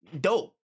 Dope